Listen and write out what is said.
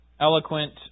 eloquent